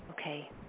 Okay